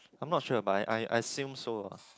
I'm not sure by I I I seem so lah